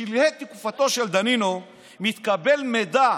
בשלהי תקופתו של דנינו מתקבל מידע